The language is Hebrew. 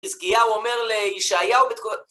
חזקיהו אומר לישעיהו...